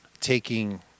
taking